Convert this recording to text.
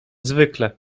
zwykle